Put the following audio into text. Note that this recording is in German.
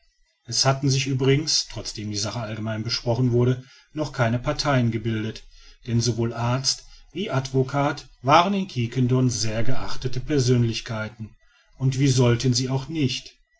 es hatten sich übrigens trotzdem die sache allgemein besprochen wurde noch keine parteien gebildet denn sowohl arzt wie advocat waren in quiquendone sehr geachtete persönlichkeiten und wie sollten sie auch nicht